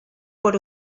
por